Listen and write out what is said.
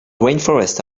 rainforests